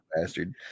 bastard